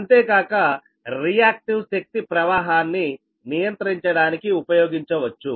అంతేకాక రియాక్టివ్ శక్తి ప్రవాహాన్ని నియంత్రించడానికి ఉపయోగించవచ్చు